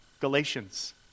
Galatians